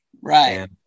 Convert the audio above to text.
right